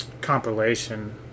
compilation